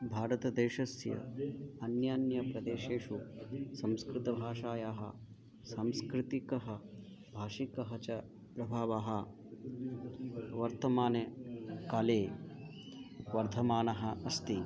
भारतदेशस्य अन्यान्यप्रदेशेषु संस्कृतभाषायाः सांस्कृतिकः भाषिकः च प्रभावः वर्तमानकाले वर्धमानः अस्ति